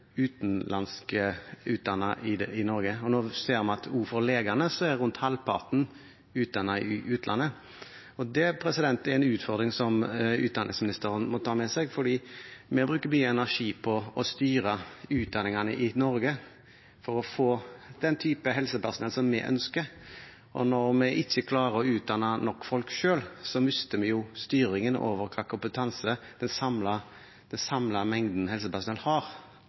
utenlandsk utdannede i Norge. Og vi ser også at av legene er rundt halvparten utdannet i utlandet. Det er en utfordring som utdanningsministeren må ta med seg, for vi bruker mye energi på å styre utdanningene i Norge for å få den typen helsepersonell som vi ønsker. Når vi ikke klarer å utdanne nok folk selv, mister vi styringen over hvilken kompetanse den samlede mengden helsepersonell har.